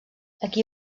aquí